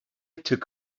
took